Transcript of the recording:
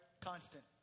Constant